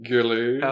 Gilly